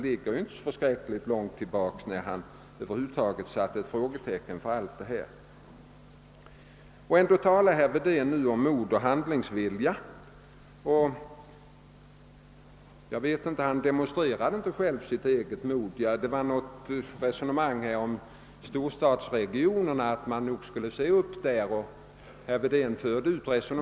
För inte så förfärligt länge sedan satte han ett frågetecken för allt detta. Herr Wedén talar nu om mod och handlingsvilja. Han demonstrerade inte sitt eget mod utan förde ett resonemang om att man skulle ge akt på storstadsregionerna.